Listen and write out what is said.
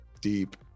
deep